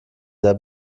sehr